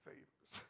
favors